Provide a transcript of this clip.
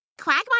Quagmire